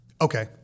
Okay